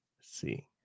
see